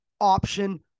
option